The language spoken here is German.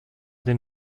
den